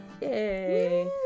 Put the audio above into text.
Yay